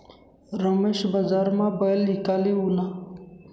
रमेश बजारमा बैल ईकाले ऊना